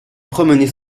promenait